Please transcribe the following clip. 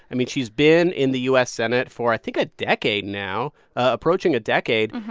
i mean, she's been in the u s. senate for, i think, a decade now approaching a decade.